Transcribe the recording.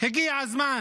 הגיע הזמן